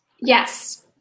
Yes